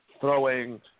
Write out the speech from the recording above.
throwing